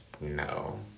no